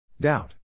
Doubt